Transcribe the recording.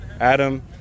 Adam